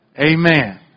Amen